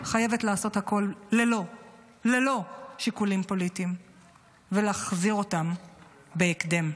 חייבת לעשות הכול ללא שיקולים פוליטיים ולהחזיר אותם בהקדם.